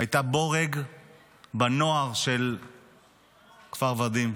היא הייתה בורג בנוער של כפר ורדים.